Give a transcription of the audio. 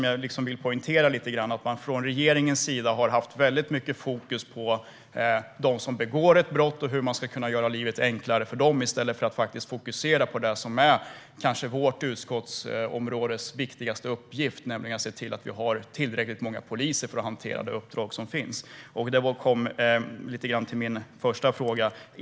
Jag vill poängtera att man från regeringens sida har haft mycket fokus på dem som begår ett brott och hur livet ska göras enklare för dem i stället för att faktiskt fokusera på det som är vårt utskottsområdes viktigaste uppgift, nämligen att se till att det finns tillräckligt många poliser för att hantera det uppdrag som finns. Då återkommer jag till min första fråga.